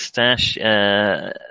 moustache